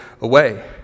away